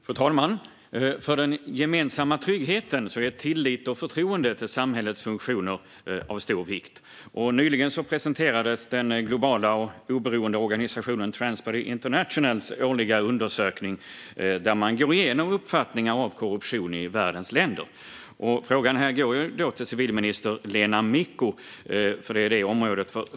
Fru talman! För den gemensamma tryggheten är tillit till och förtroende för samhällets funktioner av stor vikt. Nyligen presenterades den globala och oberoende organisationen Transparency Internationals årliga undersökning, där man går igenom uppfattningar om korruption i världens länder. Frågan går till civilminister Lena Micko, för den rör hennes område.